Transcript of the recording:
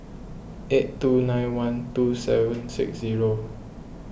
eight two nine one two seven six zero